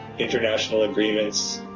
international agreements,